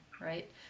right